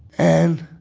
and